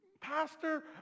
Pastor